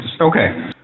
okay